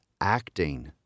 acting